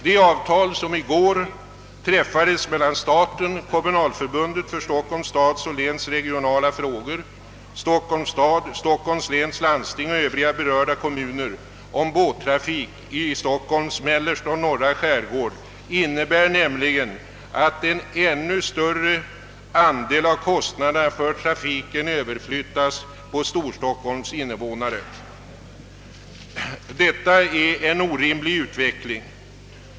Det avtal som i går träffades mellan staten, Kommunalförbundet för Stockholms stads och läns regionala frågor, Stockholms stad, Stockholms läns landsting och övriga berörda kommuner om båttrafik i Stockholms mellersta och norra skärgård innebär nämligen, att en ännu större andel av kostnaderna för trafiken överflyttas på Storstockholms invånare. Detta är en orimlig utveckling.